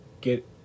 get